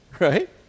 Right